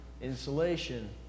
insulation